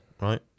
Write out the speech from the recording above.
right